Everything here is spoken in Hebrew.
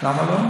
למה לא?